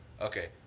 Okay